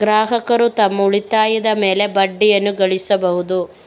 ಗ್ರಾಹಕರು ತಮ್ಮ ಉಳಿತಾಯದ ಮೇಲೆ ಬಡ್ಡಿಯನ್ನು ಗಳಿಸಬಹುದು